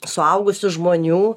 suaugusių žmonių